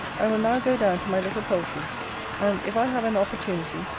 i will now go down to my little poultry and, if i have an opportunity,